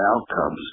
outcomes